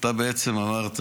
אתה בעצם אמרת